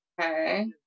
Okay